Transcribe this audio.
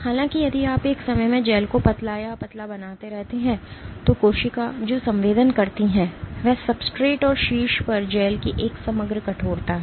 हालाँकि यदि आप एक समय में जेल को पतला और पतला बनाते रहते हैं तो कोशिका जो संवेदन करती है वह सब्सट्रेट और शीर्ष पर जेल की एक समग्र कठोरता है